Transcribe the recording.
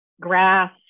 grass